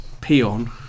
peon